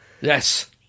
yes